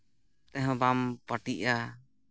ᱛᱮᱦᱚᱸ ᱵᱟᱢ ᱯᱟᱹᱴᱤᱜᱼᱟ